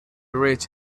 rich